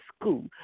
school